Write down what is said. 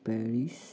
Paris